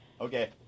Okay